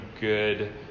good